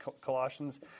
Colossians